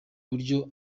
buryo